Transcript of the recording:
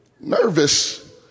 nervous